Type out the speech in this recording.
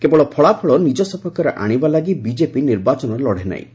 କେବଳ ଫଳାଫଳ ନିଜ ସପକ୍ଷରେ ଆଶିବା ଲାଗି ବିଜେପି ନିର୍ବାଚନ ଲଢ଼େ ନାହିଁ